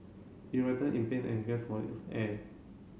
he in pain and gasped for air